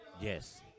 Yes